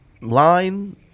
line